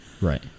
Right